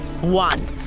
One